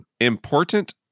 important